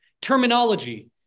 Terminology